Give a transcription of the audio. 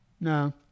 no